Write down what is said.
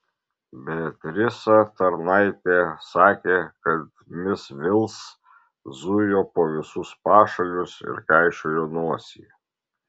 beatrisa tarnaitė sakė kad mis vils zujo po visus pašalius ir kaišiojo nosį